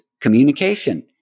communication